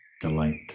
delight